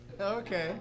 Okay